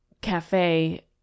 cafe